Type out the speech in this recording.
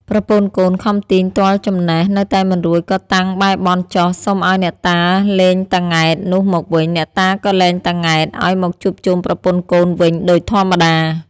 ប្រពន្ធកូនខំទាញទាល់ចំណេះ នៅតែមិនរួច ក៏តាំងបែរបន់ចុះ សុំឲ្យអ្នកតាលែងតា ង៉ែត នោះមកវិញ អ្នកតាក៏លែងតា ង៉ែត ឲ្យមកជួបជុំប្រពន្ធកូនវិញដូចធម្មតា ។